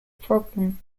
problem